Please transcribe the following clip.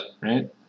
Right